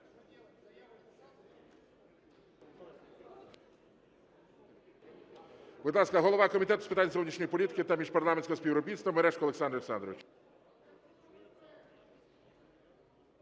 Будь ласка, голова Комітету з питань зовнішньої політики та міжпарламентського співробітництва Мережко Олександр Олександрович.